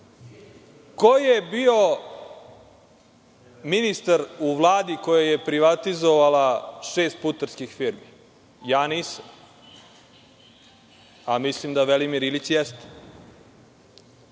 je bio ministar u Vladi koja je privatizovala šest putarskih firmi? Nisam ja, a mislim da Velimir Ilić jeste.